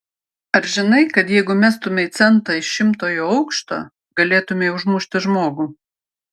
ar žinai kad jeigu mestumei centą iš šimtojo aukšto galėtumei užmušti žmogų